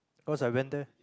cause I went there